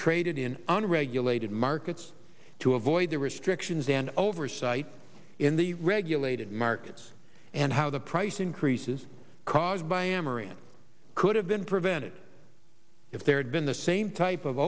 traded in unregulated markets to avoid the restrictions and oversight in the regulated markets and how the price increases caused by amarin could have been prevented if there had been the same type of